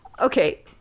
Okay